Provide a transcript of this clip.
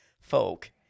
folk